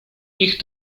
ich